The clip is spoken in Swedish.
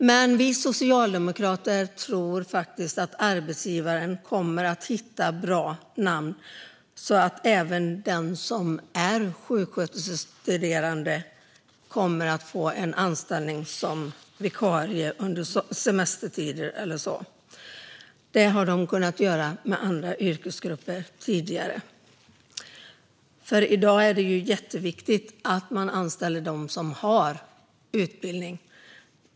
Men vi socialdemokrater tror att arbetsgivaren kommer att hitta bra namn så att även den som är sjuksköterskestuderande kan få anställning som vikarie i semestertider. Det har man kunnat göra tidigare med andra yrkesgrupper. I dag är det jätteviktigt att man anställer dem som har utbildning.